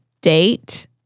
date